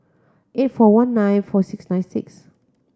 eight four one nine four six nine six